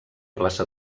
plaça